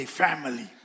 family